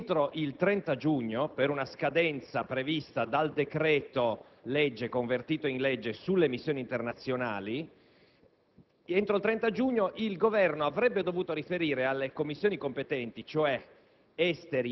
Governo - che, per una scadenza prevista dal decreto-legge convertito in legge sulle missioni internazionali, entro il 30 giugno il Governo avrebbe dovuto riferire alle Commissioni competenti, cioè